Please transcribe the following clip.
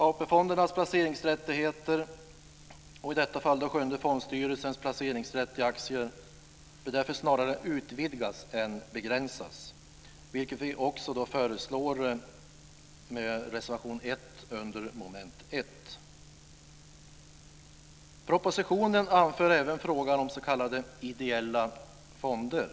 AP-fondernas placeringsrättigheter och i detta fall Sjunde fondstyrelsens placeringsrätt i aktier bör därför snarare utvidgas än begränsas, vilket vi också föreslår i reservation 1 under mom. 1. Propositionen tar även upp frågan om s.k. ideella fonder.